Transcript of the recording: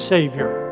Savior